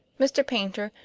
mr. paynter,